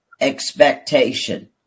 expectation